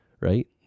right